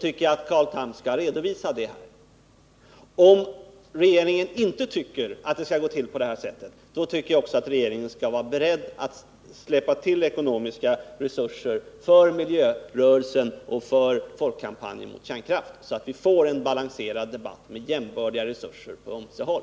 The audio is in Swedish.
tycker jag att Carl Tham skall redovisa det. Om regeringen inte tycker att det skall gå till på det sättet, tycker jag också att regeringen skall vara beredd att släppa till ekonomiska resurser för miljörörelsen och för folkkampanjen mot kärnkraft, så att vi får en balanserad debatt med jämbördiga resurser på ömse håll.